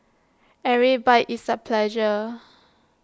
every bite is A pleasure